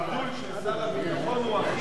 הזלזול של שר הביטחון הוא אחיד,